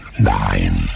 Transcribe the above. nine